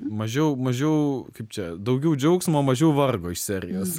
mažiau mažiau kaip čia daugiau džiaugsmo mažiau vargo iš serijos